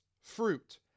fruit